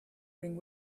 bring